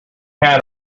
had